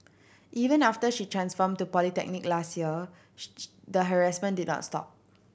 even after she transferred to polytechnic last year the harassment did not stop